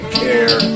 care